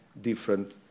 different